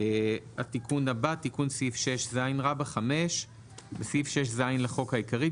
התיקון הבא תיקון סעיף 6ז. 5.בסעיף 6ז לחוק העיקרי,